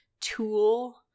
tool